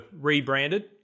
rebranded